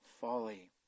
folly